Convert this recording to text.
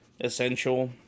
essential